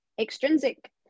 extrinsic